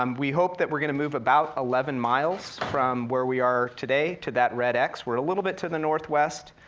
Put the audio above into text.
um we hope that we're gonna move about eleven miles from where we are today to that red x. we're a little bit to the northwest.